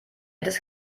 des